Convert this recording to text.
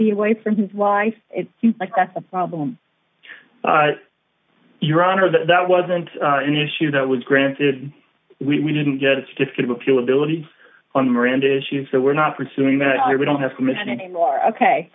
be away from his wife it seems like that's a problem your honor that that wasn't an issue that was granted we didn't get a certificate of appeal ability on miranda issue so we're not pursuing that i wouldn't have committed any more ok